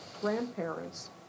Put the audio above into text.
grandparents